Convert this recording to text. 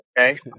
okay